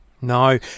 No